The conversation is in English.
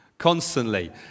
constantly